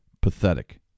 pathetic